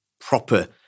proper